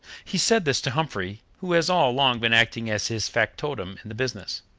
he said this to humphrey, who has all along been acting as his factotum in the business